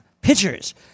Pitchers